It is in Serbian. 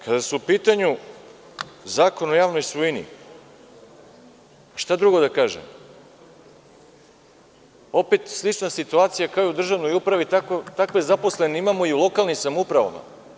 Kada je u pitanju Zakon o javnoj svojini, šta drugo da kažem, opet slična situacija kao i u državnoj upravi, takve zaposlene imamo i u lokalnim samoupravama.